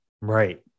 Right